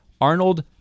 Arnold